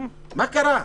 מה קרה?